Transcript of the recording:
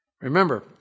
Remember